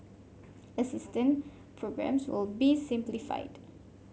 assistance programmes will be simplified